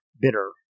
bitter